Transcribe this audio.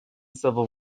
civil